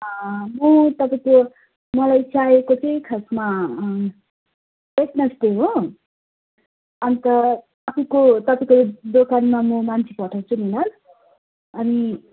अब तपाईँको मलाई चाहिएको चाहिँ खासमा वेड्नसडे हो अन्त तपाईँको तपाईँको दोकानमा म मान्छे पठाउँछु नि ल अनि